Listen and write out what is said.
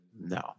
no